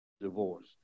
divorce